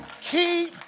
keep